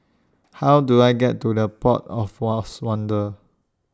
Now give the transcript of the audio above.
How Do I get to The Port of Lost Wonder